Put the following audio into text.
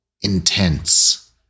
intense